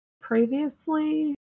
previously